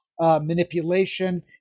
manipulation